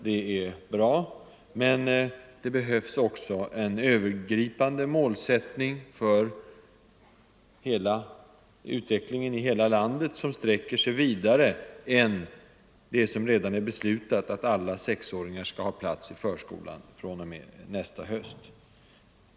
Det är bra, men det behövs också en övergripande målsättning för utvecklingen i hela landet, som sträcker sig vidare än det som redan är beslutat, dvs. att alla sexåringar skall få plats i förskolan fr.o.m. nästa höst.